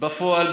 בפועל,